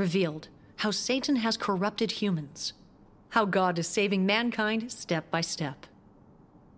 revealed how satan has corrupted humans how god is saving mankind step by step